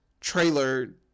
trailer